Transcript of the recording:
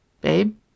Babe